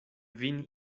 vin